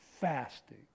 fasting